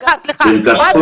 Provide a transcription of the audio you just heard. יש הרבה